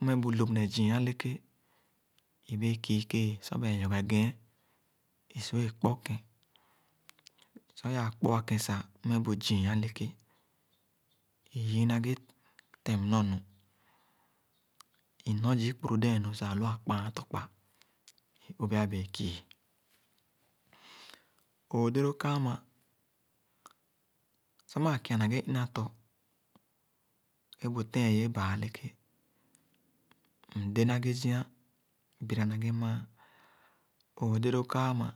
Mmeh bu lóp ne zii eleké, ibee kii ke-ẽẽ sor ba nyoghen gheen isu-wéé kpor kẽn, sor i-aa kpo-a ken sah mmeh bu zii eleke, iyii na ghe tem nɔr-nu. Inɔr zii kpuru dẽẽn nh sah alu ã kpããn tɔkpa, i o-bea bea kii. Õõh dẽẽ loo kaa ama, sor maa kia na ghe ina tɔ è bu tẽẽn yẽẽ baa eleke, mdẽ na ghe zia, bira na ghe mããn. Õõh déé loo kaa ãmã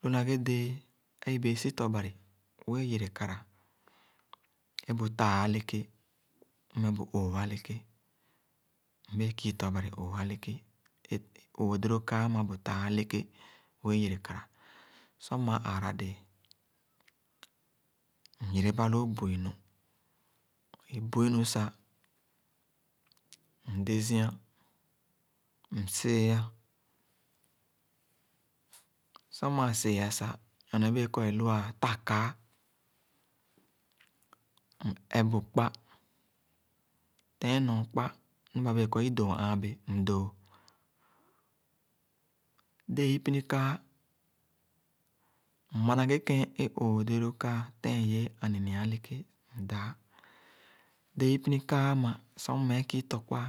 lu na ghe déé, ibẽẽ si tɔ-bari é wẽẽ yere kara é bu taa elekě mmeh bu õõh eleke. Mbee kii tɔ-bari. Õõh eleke, eeh õõh dee loo kaa aara bu taa eleké é wẽẽ yere kara. Sor maa zara dèè, myereba loo bu-i nu. I bu-i nu seh, mde zia, m see-a. Sor maa see-a sah nyorne bẽẽ kɔr é lua ta-kaa, m-ep bu kpa, tẽẽn nyor kpa, nu ba-bee kɔr i doo ããn béh mdõõ. Déé ipini-kaa, mma na ghe kẽn õõh déé loo kaa tẽẽn-yẽẽ aninyia eleke, mdãã. Dee ipini-kaa ãmã, sor mm meb kii tɔkpa